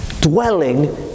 dwelling